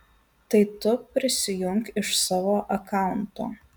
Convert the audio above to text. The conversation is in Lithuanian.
tai tu prisijunk iš savo akaunto